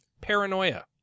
Paranoia